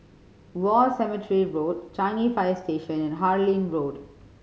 War Cemetery Road Changi Fire Station and Harlyn Road